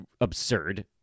absurd